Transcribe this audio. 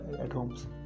at-homes